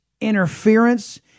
interference